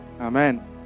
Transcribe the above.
Amen